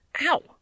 Ow